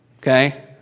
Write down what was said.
Okay